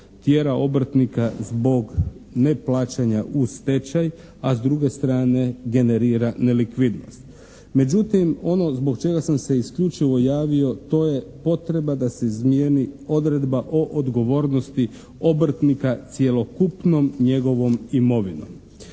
tjera obrtnika zbog neplaćanja u stečaj, a s druge strane generira nelikvidnost. Međutim, ono zbog čega sam se isključivo javio to je potreba da se izmijeni odredba o odgovornosti obrtnika cjelokupnom njegovom imovinom.